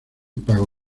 pago